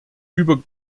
über